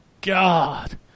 god